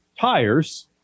tires